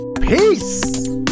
Peace